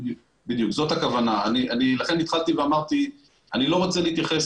אבל זה נושא שהבנתי שהוא בטיפול המשרד להגנת